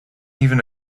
even